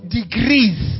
degrees